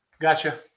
Gotcha